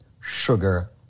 sugar